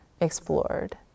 explored